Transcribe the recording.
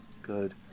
Good